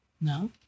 No